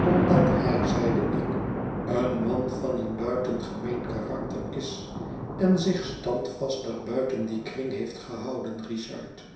omdat hij zeide ik een man van een buitengemeen karakter is en zich standvastig buiten dien kring heeft gehouden richard